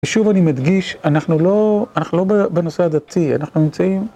ושוב אני מדגיש, אנחנו לא אנחנו לא בנושא הדתי, אנחנו נמצאים